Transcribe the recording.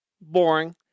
Boring